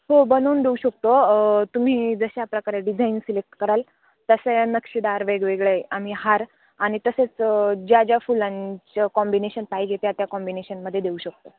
हो बनवून देऊ शकतो तुम्ही जशा प्रकारे डिझाईन सिलेक्ट कराल तसे नक्षीदार वेगवेगळे आम्ही हार आणि तसेच ज्या ज्या फुलांचं कॉम्बिनेशन पाहिजे त्या कॉम्बिनेशनमध्ये देऊ शकतो